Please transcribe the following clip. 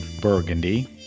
Burgundy